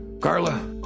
Carla